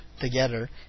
together